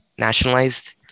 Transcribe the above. nationalized